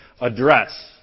Address